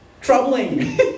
troubling